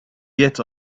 yet